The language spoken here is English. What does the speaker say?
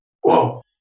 whoa